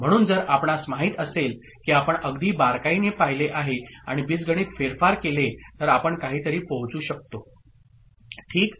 म्हणून जर आपणास माहित असेल की आपण अगदी बारकाईने पाहिले आहे आणि बीजगणित फेरफार केले तर आपण काहीतरी पोहोचू शकतो ठीक